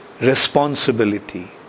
responsibility